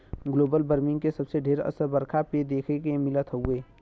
global warming के सबसे ढेर असर बरखा पे देखे के मिलत हउवे